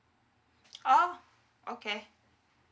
oh okay